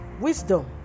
wisdom